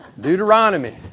Deuteronomy